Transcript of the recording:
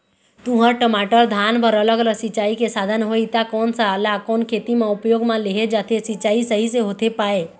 तुंहर, टमाटर, धान बर अलग अलग सिचाई के साधन होही ता कोन सा ला कोन खेती मा उपयोग मा लेहे जाथे, सिचाई सही से होथे पाए?